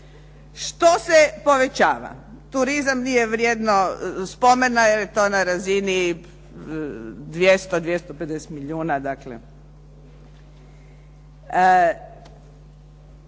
Što se povećava? Turizam, nije vrijedno spomena jer je to na razini 200, 250 milijuna